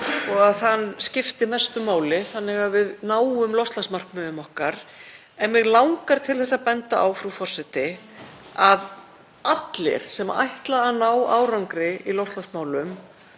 og að hann skipti mestu máli þannig að við náum loftslagsmarkmiðum okkar. En mig langar til að benda á, frú forseti, að allir sem ætla að ná árangri í loftslagsmálum,